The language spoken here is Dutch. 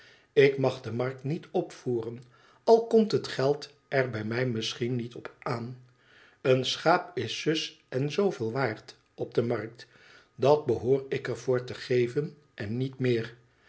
ik mag de markt niet opvoeren al komt het geld er bij mij misschien niet op aan een schaap is zus en zooveel waard op de markt dat behoor ik er voor te geven en meer